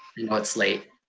know it's late,